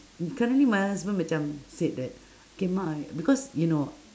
currently my husband macam said that K ma because you know